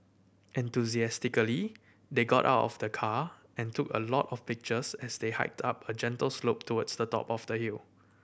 enthusiastically they got out of the car and took a lot of pictures as they hiked up a gentle slope towards the top of the hill